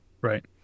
Right